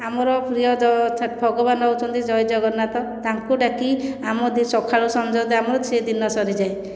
ଆମର ପ୍ରିୟ ଭଗବାନ ହେଉଛନ୍ତି ଜୟ ଜଗନ୍ନାଥ ତାଙ୍କୁ ଡାକି ଆମ ସଖାଳୁ ସଞ୍ଜ ଆମର ସେ ଦିନ ସରିଯାଏ